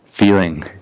Feeling